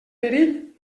perill